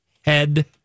head